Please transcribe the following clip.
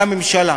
על הממשלה.